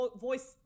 voice